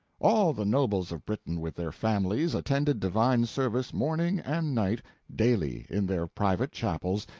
all the nobles of britain, with their families, attended divine service morning and night daily, in their private chapels,